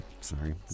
Sorry